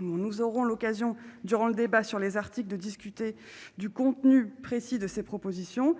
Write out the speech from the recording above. nous aurons l'occasion durant le débat sur les articles de discuter du contenu précis de ces propositions,